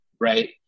right